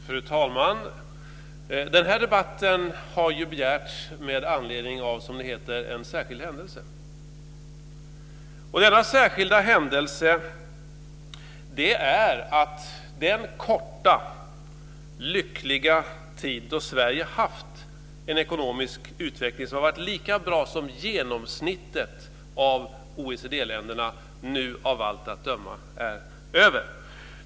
Fru talman! Den här debatten har begärts med anledning av, som det heter, en särskild händelse. Denna särskilda händelse är att den korta lyckliga tid då Sverige haft en ekonomisk utveckling som varit lika bra som genomsnittet av OECD-ländernas nu av allt att döma är över.